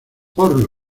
por